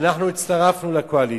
אנחנו הצטרפנו לקואליציה.